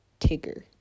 Tigger